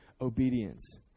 obedience